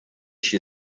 she